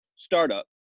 startup